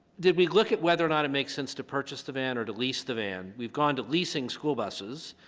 did we look at whether or not it makes sense to purchase the van or to lease the van we've gone to leasing school buses